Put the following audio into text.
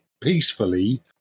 peacefully